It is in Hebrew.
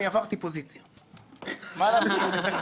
אני עברתי פוזיציה, מה לעשות?